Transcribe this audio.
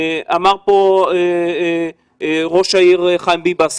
אמר פה ראש העיר חיים ביבס,